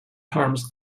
harms